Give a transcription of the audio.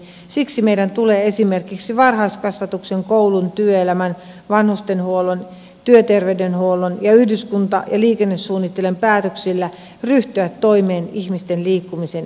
siksi meidän tulee esimerkiksi varhaiskasvatuksen koulun työelämän vanhustenhuollon työterveydenhuollon ja yhdyskunta ja liikennesuunnittelun päätöksillä ryhtyä toimeen ihmisten liikkumisen edistämiseksi